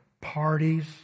parties